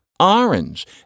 orange